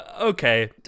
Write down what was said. okay